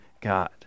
God